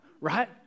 right